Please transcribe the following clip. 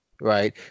right